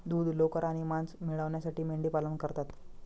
दूध, लोकर आणि मांस मिळविण्यासाठी मेंढीपालन करतात